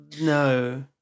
No